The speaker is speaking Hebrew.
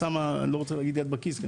אני לא רוצה להגיד ״שמה יד בכיס״.